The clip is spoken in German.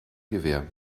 gewähr